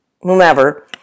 whomever